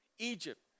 Egypt